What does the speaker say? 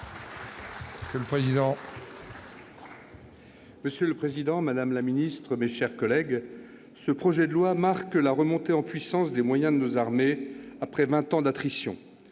Monsieur le président, madame la ministre, mes chers collègues, ce projet de loi marque la remontée en puissance des moyens de nos armées après vingt ans d'attrition.